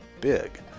big